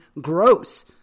gross